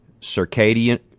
circadian